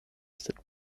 sed